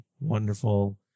wonderful